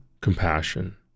Compassion